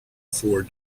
four